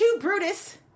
Brutus